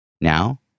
Now